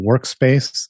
Workspace